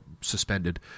suspended